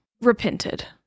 repented